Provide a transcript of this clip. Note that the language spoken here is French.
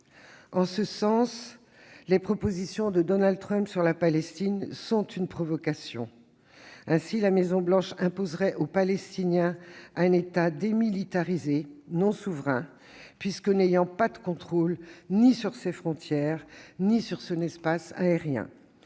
En ce sens, les propositions de Donald Trump sur la Palestine sont une provocation. Ainsi, la Maison-Blanche imposerait aux Palestiniens un État démilitarisé et non souverain, puisqu'il n'aurait de contrôle ni sur ses frontières ni sur son espace aérien.